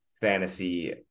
fantasy